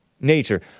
nature